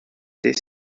des